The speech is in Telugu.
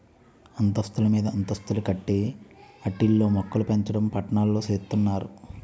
అంతస్తులు మీదంతస్తులు కట్టి ఆటిల్లో మోక్కలుపెంచడం పట్నాల్లో సేత్తన్నారు